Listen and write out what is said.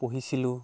পঢ়িছিলোঁ